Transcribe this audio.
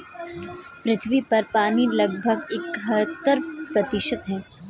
पृथ्वी पर पानी लगभग इकहत्तर प्रतिशत है